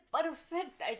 perfect